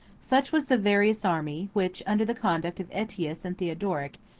such was the various army, which, under the conduct of aetius and theodoric,